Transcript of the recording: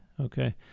okay